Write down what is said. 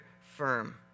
firm